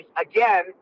Again